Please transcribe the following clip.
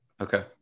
Okay